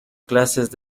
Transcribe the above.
clases